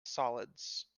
solids